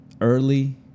early